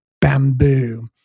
bamboo